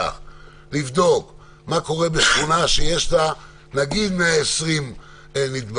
לבדוק מה קורה בשכונה שיש לה, נגיד 120 נדבקים,